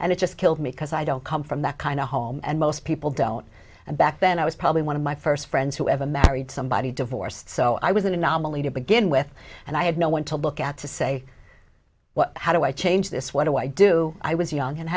and it just kills me because i don't come from that kind of home and most people don't and back then i was probably one of my first friends who ever married somebody divorced so i was an anomaly to begin with and i had no one to look at to say what how do i change this what do i do i was young and